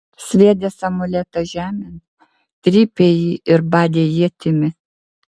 sviedęs amuletą žemėn trypė jį ir badė ietimi